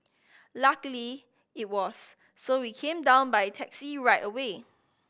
luckily it was so we came down by taxi right away